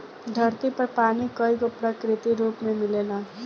धरती पर पानी कईगो प्राकृतिक रूप में मिलेला